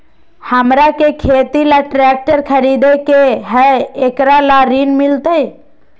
हमरा के खेती ला ट्रैक्टर खरीदे के हई, एकरा ला ऋण मिलतई?